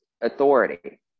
authority